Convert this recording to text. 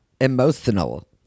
Emotional